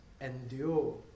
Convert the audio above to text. Endure